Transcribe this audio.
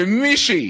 שמישהי